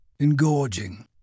engorging